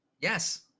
yes